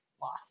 lost